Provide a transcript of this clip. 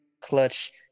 clutch